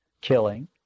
killing